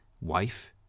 wife